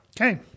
Okay